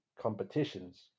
competitions